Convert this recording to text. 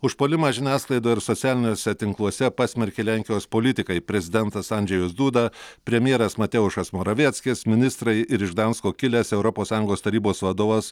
užpuolimą žiniasklaidoje ir socialiniuose tinkluose pasmerkė lenkijos politikai prezidentas andžejus duda premjeras mateušas moravieckis ministrai ir iš gdansko kilęs europos sąjungos tarybos vadovas